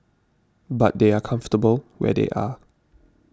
but they are comfortable where they are